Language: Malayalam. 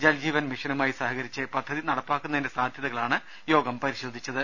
ജൽ ജീവൻ മിഷനുമായി സഹകരിച്ച് പദ്ധതി നട പ്പിലാക്കുന്നതിന്റെ സാധൃതകളാണ് യോഗം പരിശോധിച്ചത്